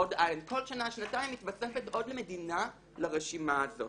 כל שנה-שנתיים מתווספת עוד מדינה לרשימה הזאת.